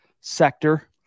sector